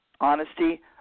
Honesty